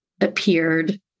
appeared